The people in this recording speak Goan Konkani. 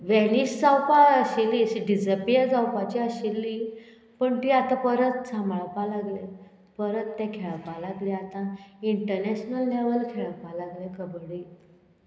वेनीस जावपा आशिल्ली अशी डिजपियर जावपाची आशिल्ली पूण ती आतां परत सांबाळपा लागले परत ते खेळपा लागले आतां इंटनॅशनल लेवल खेळपा लागले कबड्डी